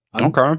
Okay